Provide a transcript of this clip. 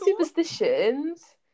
superstitions